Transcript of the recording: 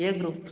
a group